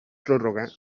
pròrroga